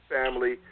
family